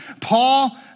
Paul